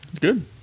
Good